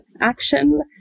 action